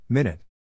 Minute